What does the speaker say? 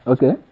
Okay